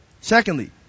Secondly